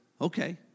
okay